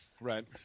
right